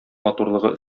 матурлыгы